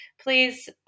please